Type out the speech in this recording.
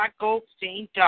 Goldstein